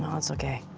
um it's okay.